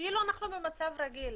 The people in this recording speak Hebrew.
שכאילו אנחנו במצב רגיל.